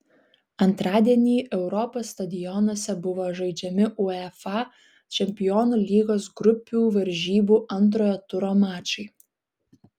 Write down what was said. antradienį europos stadionuose buvo žaidžiami uefa čempionų lygos grupių varžybų antrojo turo mačai